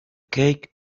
cake